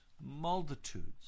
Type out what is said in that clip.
multitudes